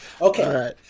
Okay